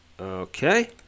Okay